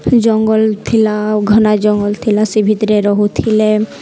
ଜଙ୍ଗଲ ଥିଲା ଆଉ ଘନା ଜଙ୍ଗଲ ଥିଲା ସେ ଭିତରେ ରହୁଥିଲେ